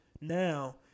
Now